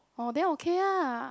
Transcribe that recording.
orh then okay ah